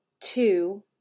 Two